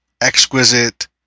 exquisite